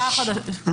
חודשים,